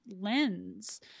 lens